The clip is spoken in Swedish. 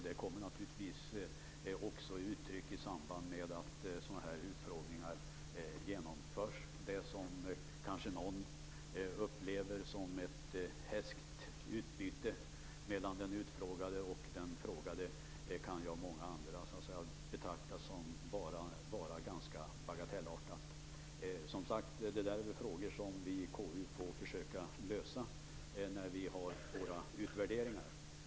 Detta kommer till uttryck när dessa utfrågningar genomförs. Det som någon kanske upplever som ett hätskt meningsutbyte mellan den utfrågade och den utfrågande kan av många andra betraktas som ganska bagatellartat. Som sagt, dessa frågor får vi i KU försöka lösa när vi gör våra utvärderingar. Fru talman!